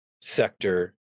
sector